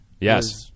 Yes